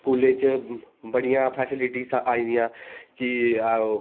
स्कूलै च बड़ियां फेसीलिटीयां आई दियां कि